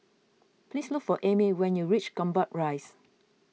please look for Amey when you reach Gombak Rise